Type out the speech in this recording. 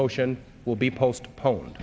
motion will be postpone